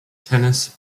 tennis